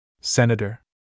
Senator